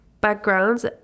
backgrounds